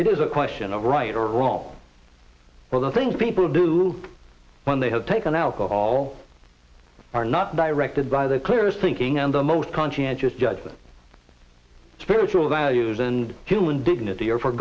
it is a question of right or wrong all the things people do when they have taken alcohol are not directed by the clearest thinking and the most conscientious judge that spiritual values and human dignity are for